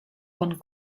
con